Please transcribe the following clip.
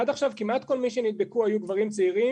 עד עכשיו כמעט כל מי שנדבקו היו גברים צעירים.